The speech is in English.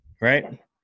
Right